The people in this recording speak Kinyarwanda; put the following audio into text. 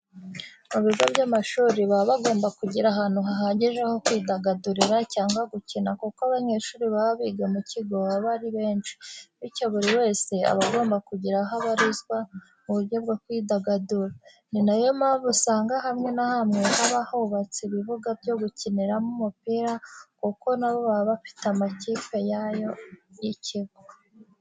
Mu bigo by'amashuri baba bagomba kugira ahantu hahagije ho kwidagadurira cyangwa gukina kuko abanyeshuri baba biga mu kigo baba ari benshi, bityo buri wese aba agomba kugira aho abarizwa mu buryo bwo kwidagadura. Ni na yo mpamvu usanga hamwe na hamwe haba hubatse ibibuga byo gukiniramo umupira kuko na bo baba bafite amakipe yabo y'ikigo.